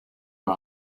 her